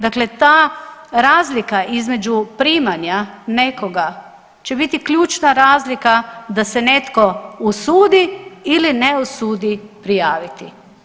Dakle, ta razlika između primanja nekoga će biti ključna razlika da se netko usudi ili ne usudi prijaviti.